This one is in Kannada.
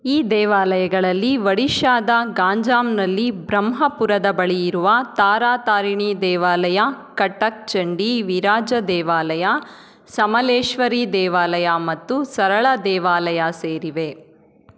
ಈ ದೇವಾಲಯಗಳಲ್ಲಿ ಒಡಿಶಾದ ಗಾಂಜಾಂನಲ್ಲಿ ಬ್ರಹ್ಮಪುರದ ಬಳಿ ಇರುವ ತಾರಾ ತಾರಿಣಿ ದೇವಾಲಯ ಕಟಕ್ ಚಂಡಿ ವಿರಾಜ ದೇವಾಲಯ ಸಮಲೇಶ್ವರಿ ದೇವಾಲಯ ಮತ್ತು ಸರಳ ದೇವಾಲಯ ಸೇರಿವೆ